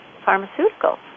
pharmaceuticals